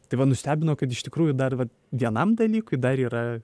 tai va nustebino kad iš tikrųjų dar va vienam dalykui dar yra